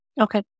Okay